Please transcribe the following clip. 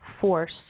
force